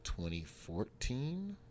2014